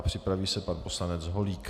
Připraví se pan poslanec Holík.